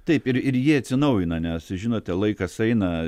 taip ir ir jie atsinaujina nes žinote laikas eina